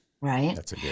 Right